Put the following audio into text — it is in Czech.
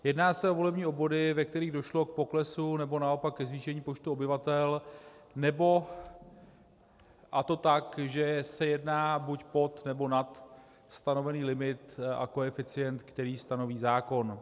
Jedná se o volební obvody, ve kterých došlo k poklesu nebo naopak ke zvýšení počtu obyvatel, a to tak, že se jedná buď pod, nebo nad stanovený limit a koeficient, který stanoví zákon.